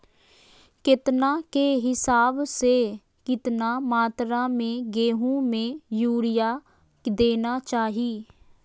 केतना के हिसाब से, कितना मात्रा में गेहूं में यूरिया देना चाही?